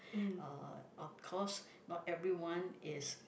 uh of course not everyone is